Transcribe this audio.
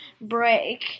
break